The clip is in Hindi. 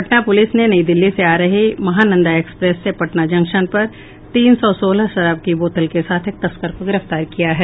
पटना पुलिस ने नई दिल्ली से आ रही महानंदा एक्सप्रेस से पटना जंक्शन पर तीन सौ सोलह शराब की बोतल के साथ एक तस्कर को गिरफ्तार किया है